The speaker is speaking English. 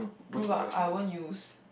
no but I won't use